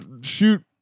shoot